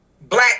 black